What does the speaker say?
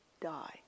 die